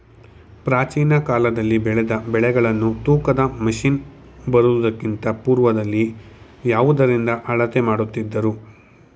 ಪ್ರಾಚೀನ ಕಾಲದಲ್ಲಿ ಬೆಳೆದ ಬೆಳೆಗಳನ್ನು ತೂಕದ ಮಷಿನ್ ಬರುವುದಕ್ಕಿಂತ ಪೂರ್ವದಲ್ಲಿ ಯಾವುದರಿಂದ ಅಳತೆ ಮಾಡುತ್ತಿದ್ದರು?